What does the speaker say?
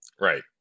right